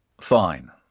Fine